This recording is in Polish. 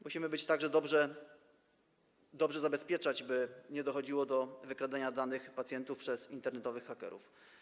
Musimy to także dobrze zabezpieczać, by nie dochodziło do wykradania danych pacjentów przez internetowych hakerów.